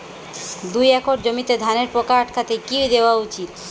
দুই একর জমিতে ধানের পোকা আটকাতে কি দেওয়া উচিৎ?